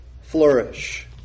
flourish